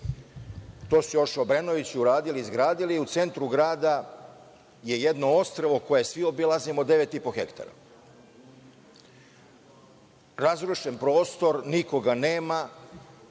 To su još Obrenovići uradili, izgradili. U centru grada je jedno ostrvo koje svi obilazimo od 9,5 ha. Razrušen prostor, nikoga nema,